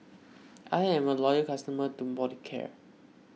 I'm a loyal customer of Molicare